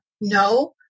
no